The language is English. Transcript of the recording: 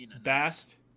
best